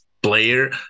Player